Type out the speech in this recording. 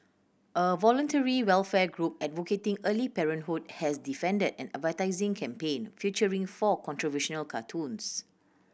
a voluntary welfare group advocating early parenthood has defended an advertising campaign featuring four controversial cartoons